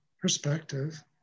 perspective